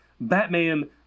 Batman